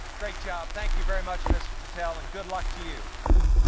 great job, thank you very much, mr. patel, and good luck to you. thank you.